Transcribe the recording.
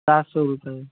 सात सौ रुपये